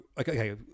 okay